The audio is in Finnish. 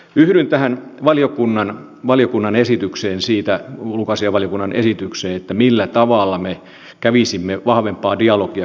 yhdyn tähän ulkoasiainvaliokunnan esitykseen siitä millä tavalla me kävisimme vahvempaa dialogia